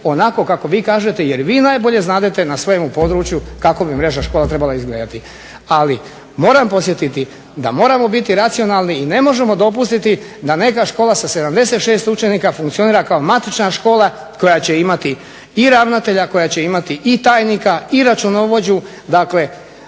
onako kako vi kažete jer vi najbolje znadete na svom području kako bi mreža škola trebala izgledati. Ali moram podsjetiti da moramo biti racionalni i ne možemo dopustiti da neka škola sa 76 učenika funkcionira kao matična škola koja će imati i ravnatelja i tajnika i računovođu